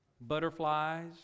Butterflies